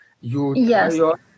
Yes